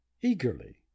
eagerly